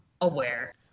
aware